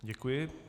Děkuji.